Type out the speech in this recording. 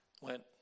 went